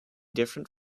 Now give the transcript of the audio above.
different